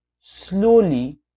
slowly